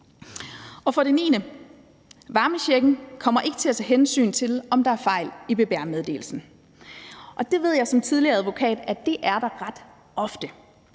vil der med varmechecken ikke blive taget hensyn til, om der er fejl i BBR-meddelelsen, og det ved jeg som tidligere advokat at der er ret ofte